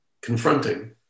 confronting